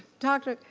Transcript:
doctor,